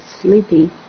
sleepy